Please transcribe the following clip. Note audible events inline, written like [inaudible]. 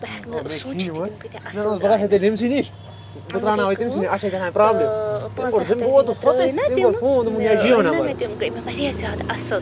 تہٕ بہٕ ہیٚکہٕ نہٕ سوٗنٛچتھٕے تِم کۭتیٛاہ اصٕل درٛٲی مےٚ [unintelligible] پتہٕ گٔے کٲم ٲں پانٛژن ہتن [unintelligible] نا تم [unintelligible] تِم گٔے مےٚ واریاہ زیادٕ اصٕل